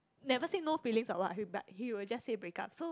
never say no feelings or what he will be like he will just say break up so